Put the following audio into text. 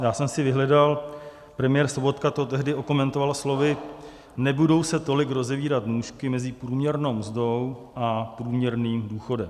Já jsem si vyhledal, premiér Sobotka to tehdy okomentoval slovy: Nebudou se tolik rozevírat nůžky mezi průměrnou mzdou a průměrným důchodem.